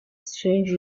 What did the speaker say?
strange